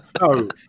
No